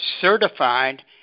certified